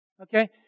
Okay